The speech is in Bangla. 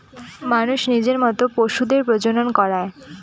মানুষ নিজের মত পশুদের প্রজনন করায়